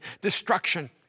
destruction